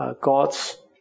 God's